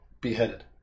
beheaded